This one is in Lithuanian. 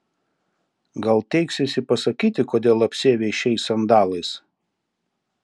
gal teiksiesi pasakyti kodėl apsiavei šiais sandalais